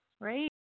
right